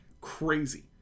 crazy